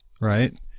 right